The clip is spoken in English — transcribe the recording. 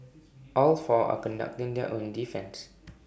all four are conducting their own defence